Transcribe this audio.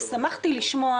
שמחתי לשמוע